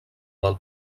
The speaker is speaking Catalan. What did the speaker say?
del